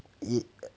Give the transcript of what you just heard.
it uh